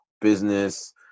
Business